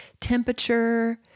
temperature